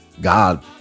God